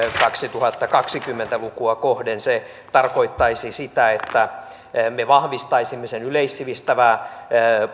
kaksituhattakaksikymmentä lukua kohden se tarkoittaisi sitä että me vahvistaisimme sen yleissivistävää